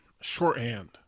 Shorthand